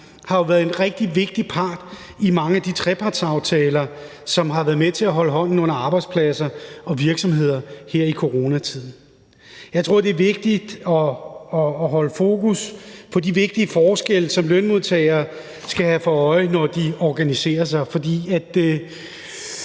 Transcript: har været en rigtig vigtig part i mange af de trepartsaftaler, som har været med til at holde hånden under arbejdspladser og virksomheder her i coronatiden. Jeg tror, det er vigtigt at holde fokus på de vigtige forskelle, som lønmodtagere skal have for øje, når de organiserer sig.